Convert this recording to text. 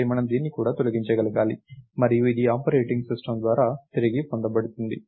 కాబట్టి మనము దీన్ని కూడా తొలగించగలగాలి మరియు ఇది ఆపరేటింగ్ సిస్టమ్ ద్వారా తిరిగి పొందబడుతుంది